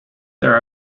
there